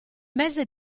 mese